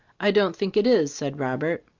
i don't think it is, said robert.